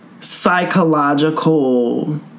psychological